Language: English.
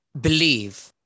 believe